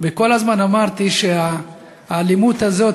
וכל הזמן אמרתי שהאלימות הזאת,